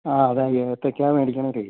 ആ അതാണ് ഏത്തയ്ക്കാ മേടിക്കാനായിട്ട്